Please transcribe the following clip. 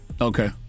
Okay